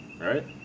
Right